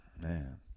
man